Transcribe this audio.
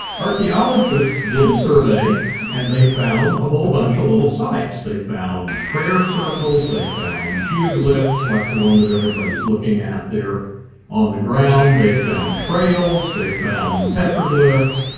archeologists did a survey and they found a whole bunch of little sites. they found prayer circles. they found geoglyphs like the one that everybody's looking at there on the ground. they found trails. they found petroglyphs.